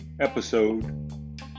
episode